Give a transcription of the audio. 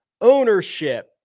ownership